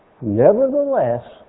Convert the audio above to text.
nevertheless